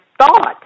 Thought